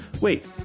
Wait